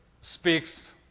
speaks